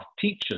teachers